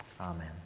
Amen